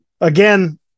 again